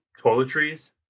toiletries